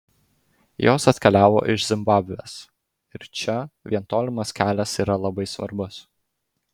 jos atkeliavo iš zimbabvės ir čia vien tolimas kelias yra labai svarbus